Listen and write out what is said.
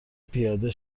پیاده